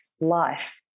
life